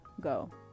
go